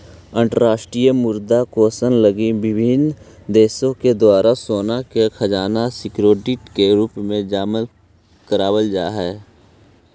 अंतरराष्ट्रीय मुद्रा कोष लगी विभिन्न देश के द्वारा सोना के खजाना सिक्योरिटी के रूप में जमा करावल जा हई